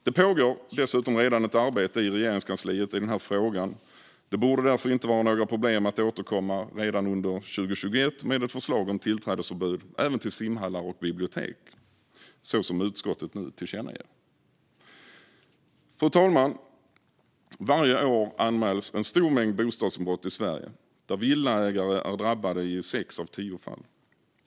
Det pågår dessutom redan ett arbete i Regeringskansliet i den här frågan, och det borde därför inte vara några problem att återkomma redan under 2021 med ett förslag om tillträdesförbud även till simhallar och bibliotek, så som utskottet nu tillkännager. Fru talman! Varje år anmäls en stor mängd bostadsinbrott i Sverige, där villaägare är drabbade i sex av tio fall.